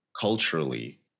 culturally